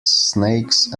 snakes